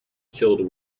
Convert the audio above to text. killed